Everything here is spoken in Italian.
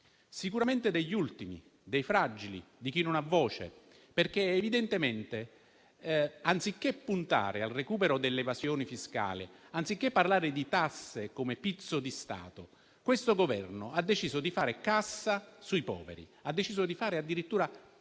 Sicuramente degli ultimi, dei fragili, di chi non ha voce, perché evidentemente anziché puntare al recupero dell'evasione fiscale, anziché parlare di tasse come pizzo di Stato, questo Governo ha deciso di fare cassa - o addirittura cresta